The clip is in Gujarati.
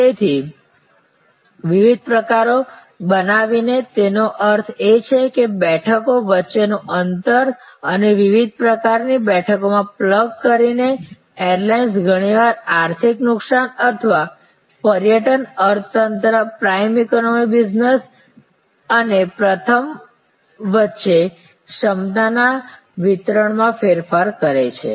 તેથી વિવિધ પ્રકારો બનાવીને તેનો અર્થ એ છે કે બેઠકો વચ્ચેનું અંતર અને વિવિધ પ્રકારની બેઠકોમાં પ્લગ કરીને એરલાઇન્સ ઘણીવાર આર્થિક નુકસાન અથવા પર્યટન અર્થતંત્ર પ્રાઇમ ઇકોનોમી બિઝનેસ અને પ્રથમ વચ્ચે ક્ષમતાના વિતરણમાં ફેરફાર કરે છે